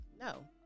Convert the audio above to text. No